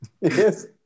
Yes